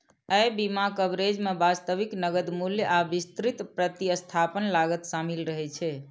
अय बीमा कवरेज मे वास्तविक नकद मूल्य आ विस्तृत प्रतिस्थापन लागत शामिल रहै छै